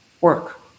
work